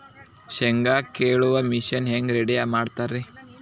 ಶೇಂಗಾ ಕೇಳುವ ಮಿಷನ್ ಹೆಂಗ್ ರೆಡಿ ಮಾಡತಾರ ರಿ?